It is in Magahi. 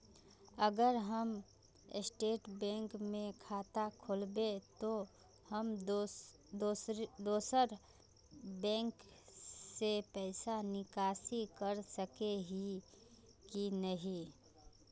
अगर हम स्टेट बैंक में खाता खोलबे तो हम दोसर बैंक से पैसा निकासी कर सके ही की नहीं?